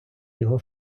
його